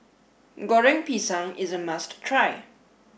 Goreng Pisang is a must try